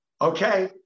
Okay